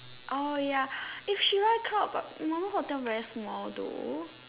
oh ya if she likes come but normal hotel very small though